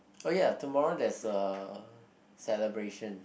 oh ya tomorrow there's a celebration